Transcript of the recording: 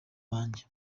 banjye